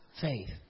faith